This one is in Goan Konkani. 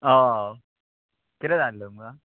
हय कितें जाय आसलें तुमकां